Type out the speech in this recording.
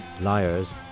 Liars